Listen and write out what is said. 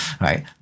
right